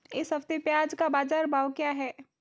इस हफ्ते प्याज़ का बाज़ार भाव क्या है?